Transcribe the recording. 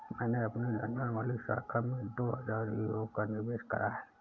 मैंने अपनी लंदन वाली शाखा में दो हजार यूरो का निवेश करा है